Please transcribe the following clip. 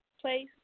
place